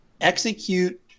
execute